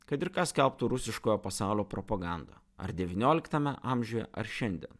kad ir ką skelbtų rusiškojo pasaulio propaganda ar devynioliktame amžiuje ar šiandien